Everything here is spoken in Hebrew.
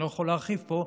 ואני לא יכול להרחיב פה,